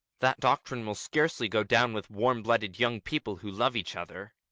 that doctrine will scarcely go down with warm-blooded young people who love each other.